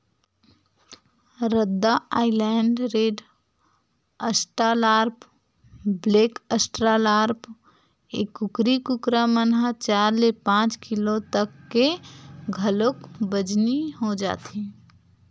रद्दा Island Red, Australorp, black Australorp, ए कुकरी कुकरा मन ह चार ले पांच किलो तक के घलोक बजनी हो जाथे